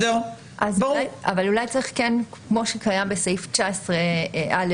אבל אולי צריך כן כמו שקיים בסעיף 19(א)(ג).